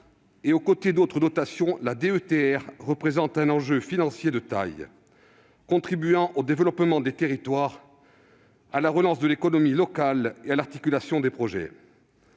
et à côté d'autres dotations, la DETR représente un enjeu financier de taille, contribuant au développement des territoires, à la relance de l'économie locale et à l'articulation des projets.